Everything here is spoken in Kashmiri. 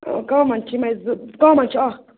کامن چھِ یمٕے زٕ کامن چھُ اکھ